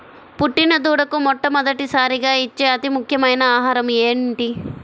పుట్టిన దూడకు మొట్టమొదటిసారిగా ఇచ్చే అతి ముఖ్యమైన ఆహారము ఏంటి?